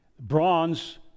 Bronze